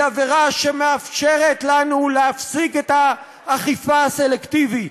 היא עבירה שמאפשרת לנו להפסיק את האכיפה הסלקטיבית,